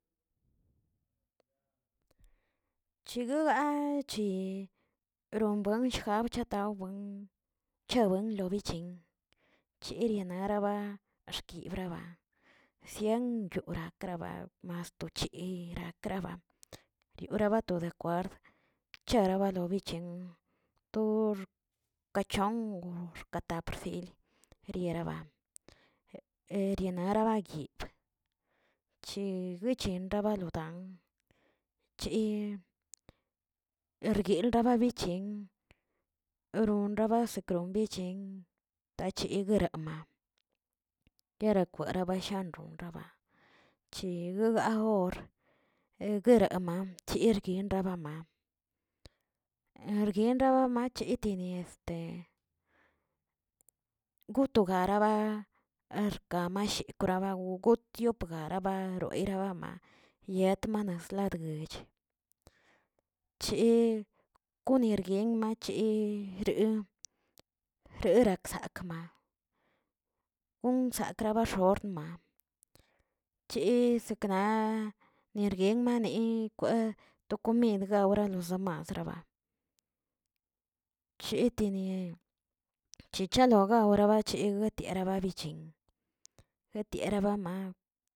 Chiguga chirimbuenshgan natawen chewen lobichi, chiriatina axkibraba sien kroba kraba masto chirakraba riora kabatobra charabalobi to xkachong xkatapfiri yiriera ba herianarabaguib chi guchinraba wdan, chii rguin rababichil ronraba sekron bichien, tachi gueramaꞌa garaꞌ kwaraꞌ bashakꞌraba, chigoga or hegueremmaꞌ eguin rebama, erguin raba mache tini este goto garaba orkamashi gabaotiop rabaroe rabama yetnamalasdguech, chi gunerguen ma guire rerakzakꞌma, gonkrakamasak xotma bchi sekna nierguen mani kwe to komid gawra los demás' kieteni chichaogalo baregche retiera barechin guetiera bama.